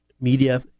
media